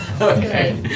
Okay